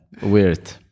weird